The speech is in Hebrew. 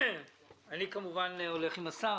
אני כמובן הולך עם השר.